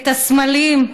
את הסמלים,